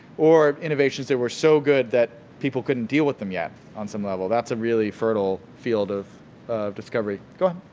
or innovations that were so good that people couldn't deal with them yet on some level. that's a really fertile field of of discovery. go